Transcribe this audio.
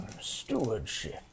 Stewardship